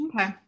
okay